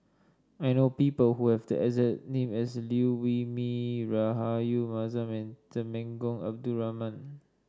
I know people who have the exact name as Liew Wee Mee Rahayu Mahzam and Temenggong Abdul Rahman